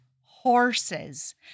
horses